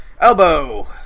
Elbow